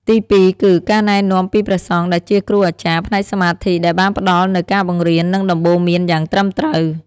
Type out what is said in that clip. ទីពីរគឺ ការណែនាំពីព្រះសង្ឃ ដែលជាគ្រូអាចារ្យផ្នែកសមាធិ ដែលបានផ្តល់នូវការបង្រៀននិងដំបូន្មានយ៉ាងត្រឹមត្រូវ។